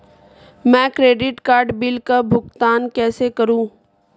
मैं credit card bill का भुगतान कैसे करूं?